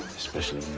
especially